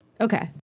Okay